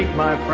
my